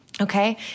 okay